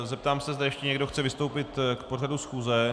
Zeptám se, zda ještě někdo chce vystoupit k pořadu schůze.